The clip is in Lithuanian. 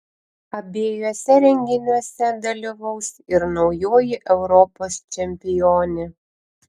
abiejuose renginiuose dalyvaus ir naujoji europos čempionė